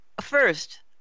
First